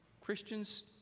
Christians